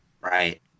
Right